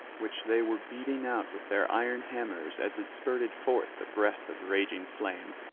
which they were beating out with their iron hammers as it spurted forth a breath of raging flame.